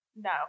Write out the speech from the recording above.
No